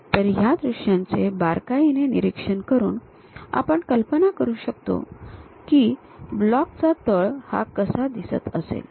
तर या दृश्यांचे बारकाईने निरीक्षण करून आपण कल्पना करू शकतो की ब्लॉक चा तळ हा कसा दिसत असेल